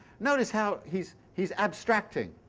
notice how he's he's abstracting